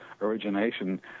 origination